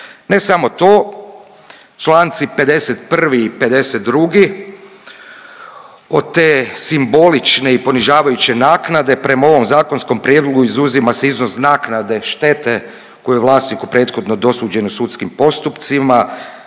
Ne samo to, čl. 51. i 52. od te simbolične i ponižavajuće naknade prema ovom zakonskom prijedlogu izuzima se iznos naknade štete koja je vlasniku prethodno dosuđen u sudskim postupcima,